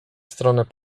stronę